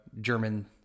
German